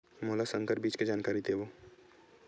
मोला संकर बीज के जानकारी देवो?